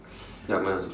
ya mine also